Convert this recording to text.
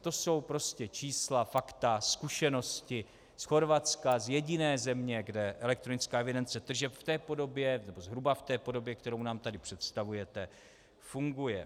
To jsou prostě čísla, fakta, zkušenosti z Chorvatska, z jediné země, kde elektronická evidence tržeb v té podobě, nebo zhruba v té podobě, kterou nám tady představujete, funguje.